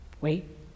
wait